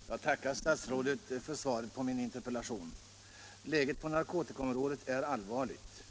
Herr talman! Jag tackar statsrådet för svaret på min interpellation. Läget på narkotikaområdet är allvarligt.